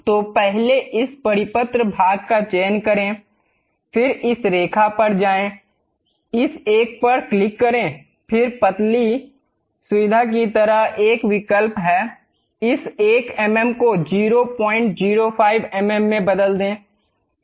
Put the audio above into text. तो पहले इस परिपत्र भाग का चयन करें फिर इस रेखा पर जाएं इस एक पर क्लिक करें फिर पतली सुविधा की तरह एक विकल्प है इस 1 एमएम को 005 एमएम में बदल दें फिर ओके पर क्लिक करें